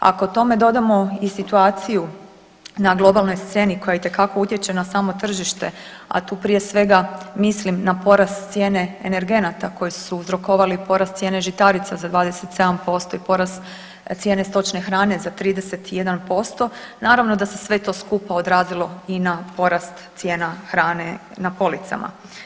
Ako tome dodamo i situaciju na globalnoj sceni koja itekako utječe na samo tržite, a tu prije svega mislim na porast cijene energenata koji su uzrokovali porast cijene žitarica za 27% i porast cijene stočne hrane za 31% naravno da se sve to skupa odrazilo i na porast cijena hrane na policama.